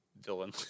villain